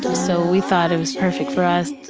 so so we thought it was perfect for us